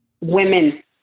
women